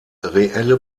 reelle